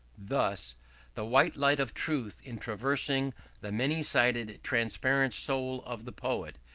thus the white light of truth, in traversing the many sided transparent soul of the poet,